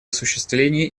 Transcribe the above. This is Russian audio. осуществлении